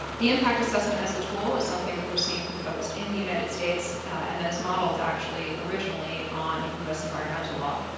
the impact assessment, as a tool, is something that we're seeing proposed in the united states and that is modeled, actually, originally on u s. environmental law.